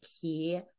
key